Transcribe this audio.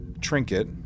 trinket